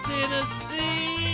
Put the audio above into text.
Tennessee